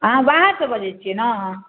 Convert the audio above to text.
अहाँ बाहरसँ बजै छिए ने